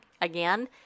again